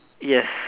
yes